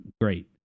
great